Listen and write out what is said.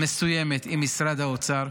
מסוימת עם משרד האוצר,